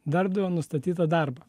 darbdavio nustatytą darbą